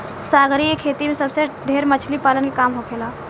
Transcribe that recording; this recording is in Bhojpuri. सागरीय खेती में सबसे ढेर मछली पालन के काम होखेला